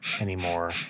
anymore